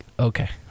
Okay